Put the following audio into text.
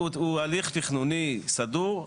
הוא הליך תכנוני סדור.